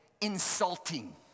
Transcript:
Insulting